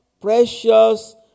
precious